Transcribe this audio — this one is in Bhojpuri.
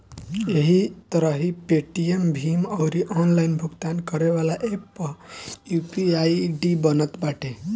एही तरही पेटीएम, भीम अउरी ऑनलाइन भुगतान करेवाला एप्प पअ भी यू.पी.आई आई.डी बनत बाटे